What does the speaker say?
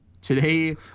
Today